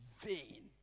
vain